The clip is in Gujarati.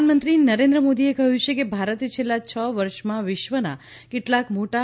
પ્રધાનમંત્રી નરેન્દ્ર મોદીએ કહ્યું છે કે ભારતે છેલ્લાં છ વર્ષમાં વિશ્વના કેટલાક મોટા